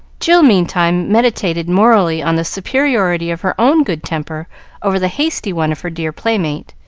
jill meantime meditated morally on the superiority of her own good temper over the hasty one of her dear playmate,